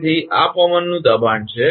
તેથી આ પવનનું દબાણ છે